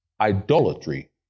idolatry